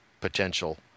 potential